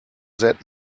that